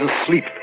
asleep